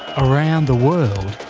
around the world,